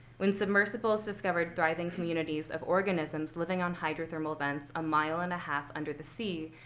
when submersibles discovered thriving communities of organisms living on hydrothermal vents a mile and a half under the sea,